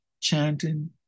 chanting